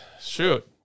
shoot